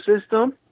system